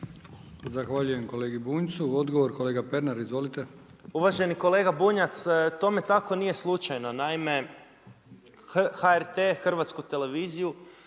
Zahvaljujem kolegi Bunjcu. Odgovor kolega Pernar. Izvolite. **Pernar, Ivan (Živi zid)** Uvaženi kolega Bunjac, tome tako nije slučajno. Naime, HRT Hrvatsku televiziju